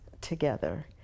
together